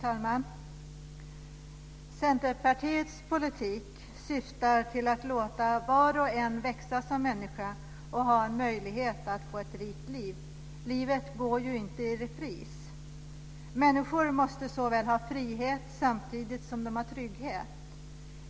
Fru talman! Centerpartiets politik syftar till att låta var och en växa som människa och ha möjlighet att få ett rikt liv. Livet går ju inte i repris. Människor måste ha frihet samtidigt som de har trygghet.